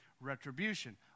retribution